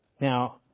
now